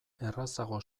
errazago